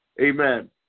Amen